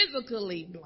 physically